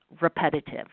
repetitive